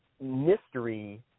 mystery